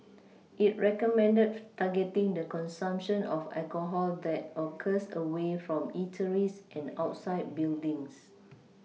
it recommended targeting the consumption of alcohol that occurs away from eateries and outside buildings